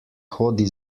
hodi